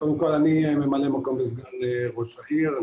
אני ממלא מקום של סגן ראש העיר.